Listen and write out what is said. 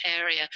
area